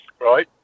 right